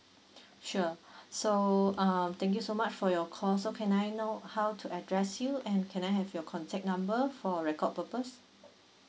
sure so um thank you so much for your call so can I know how to address you and can I have your contact number for record purpose